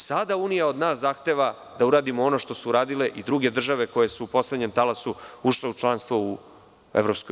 Sada Unija od nas zahteva da uradimo ono što su uradile i druge države, koje su u poslednjem talasu ušle u članstvo u EU.